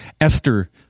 Esther